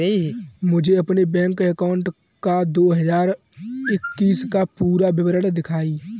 मुझे अपने bank account का दो हज़ार इक्कीस का पूरा विवरण दिखाएँ?